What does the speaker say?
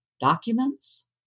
documents